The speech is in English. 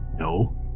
No